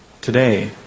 today